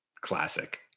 classic